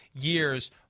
years